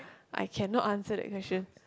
I cannot answer that question